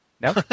No